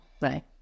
Right